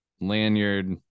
Lanyard